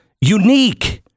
unique